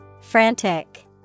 Frantic